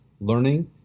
learning